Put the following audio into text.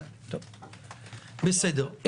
בסדר.